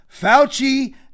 Fauci